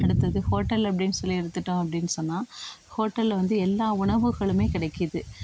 அடுத்தது ஹோட்டல் அப்படின் சொல்லி எடுத்துகிட்டோம் அப்படின் சொன்னால் ஹோட்டலில் வந்து எல்லா உணவுகளும் கிடைக்கிது